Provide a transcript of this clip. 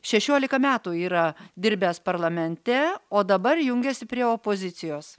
šešiolika metų yra dirbęs parlamente o dabar jungiasi prie opozicijos